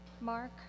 Mark